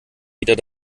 wieder